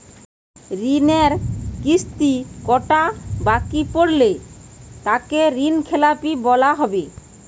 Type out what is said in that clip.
ঋণের কিস্তি কটা বাকি পড়লে তাকে ঋণখেলাপি বলা হবে?